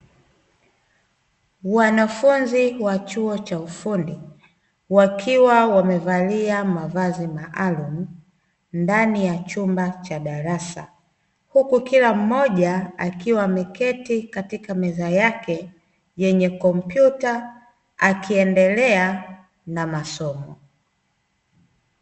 Wanafunzi wa chuo cha ufundi wakiwa wamevalia mavazi maalumu ndani ya chumba cha darasa, huku kila mmoja akiwa ameketi katika meza yake yenye kompyuta akiendelea na masomo.